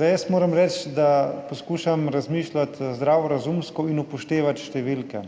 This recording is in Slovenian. Jaz moram reči, da poskušam razmišljati zdravorazumsko in upoštevati številke.